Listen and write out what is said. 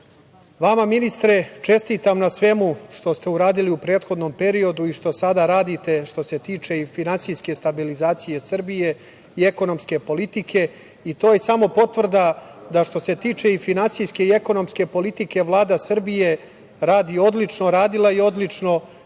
ministre, čestitam na svemu što ste uradili u prethodnom periodu i što sada radite što se tiče finansijske stabilizacije Srbije i ekonomske politike. To je samo potvrda da što se tiče i finansijske i ekonomske politike Vlada Srbije radi odlično, radila je odlično,